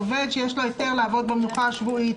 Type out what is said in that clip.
שיש לו היתר לעבוד ביום המנוחה השבועי.